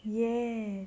yea